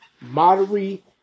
moderate